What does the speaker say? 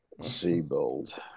Seabold